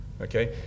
okay